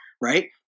right